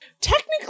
Technically